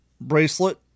bracelet